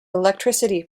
electricity